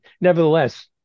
nevertheless